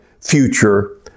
future